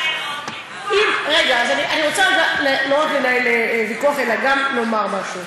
אז אני רוצה רגע לא רק לנהל ויכוח אלא גם לומר משהו.